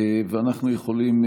אנחנו יכולים,